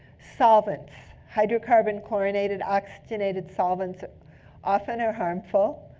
solvents hydrocarbon chlorinated oxygenated solvents often are harmful.